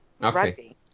rugby